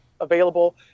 available